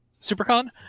Supercon